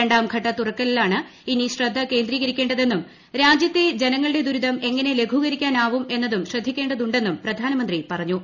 രണ്ടാംഘട്ട തുറക്കലിലാണ് ഇനി ശ്രദ്ധ കേന്ദ്രീകരിക്കേ ണ്ടതെന്നും രാജ്യത്തെ ജനങ്ങളുടെ ദുരൂിതം എങ്ങനെ ലഘൂകരി ക്കാനാവും എന്നതും ശ്രദ്ധിക്കേള്ട്ടിരുണ്ടെന്നും പ്രധാനമന്ത്രി പറഞ്ഞു